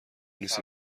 نیست